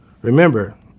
Remember